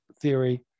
theory